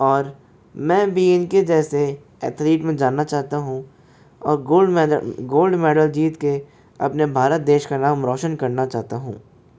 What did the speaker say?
और मैं भी इनके जैसे ऐथ्लीट में जानना चाहता हूँ और गोल्ड मेदल गोल्ड मेडल जीत के अपने भारत देश का नाम रौशन करना चाहता हूँ